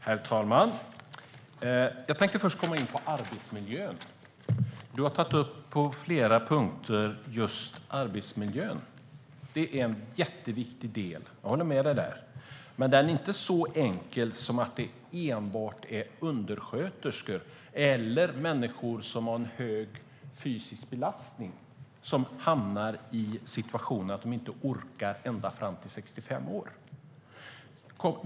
Herr talman! Jag tänkte först komma in på arbetsmiljön. Karin Rågsjö tog på flera punkter upp just detta. Arbetsmiljön är en jätteviktig del; det håller jag med dig om. Men det är inte så enkelt att det enbart är undersköterskor eller människor som har en hög fysisk belastning som hamnar i situationen att de inte orkar ända fram till 65 år.